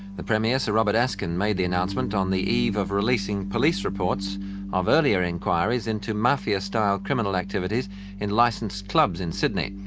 the premier, sir robert askin, made the announcement on the eve of releasing police reports of earlier inquiries into mafia-style criminal activities in licensed clubs in sydney.